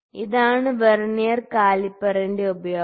ഇതാണ് വെർനിയർ കാലിപ്പറിന്റെ ഉപയോഗം